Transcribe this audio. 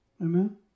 Amen